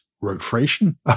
Rotation